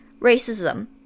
Racism